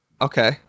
Okay